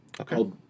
Okay